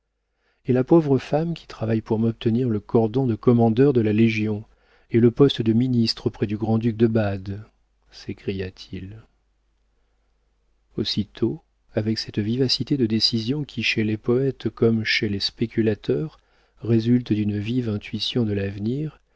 et la pauvre femme qui travaille pour m'obtenir le cordon de commandeur de la légion et le poste de ministre auprès du grand-duc de bade s'écria-t-il aussitôt avec cette vivacité de décision qui chez les poëtes comme chez les spéculateurs résulte d'une vive intuition de l'avenir